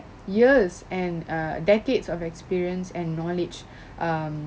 years and err decades of experience and knowledge um